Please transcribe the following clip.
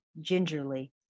gingerly